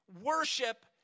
worship